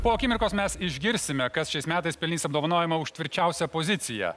po akimirkos mes išgirsime kas šiais metais pelnys apdovanojimą už tvirčiausią poziciją